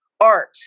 art